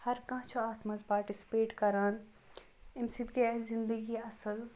ہر کانٛہہ چھُ اتھ مَنٛز پاٹِسِپیٹ کَران امہِ سۭتۍ گٔیہِ اَسہِ زِندگی اصل